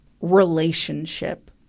relationship